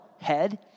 head